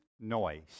noise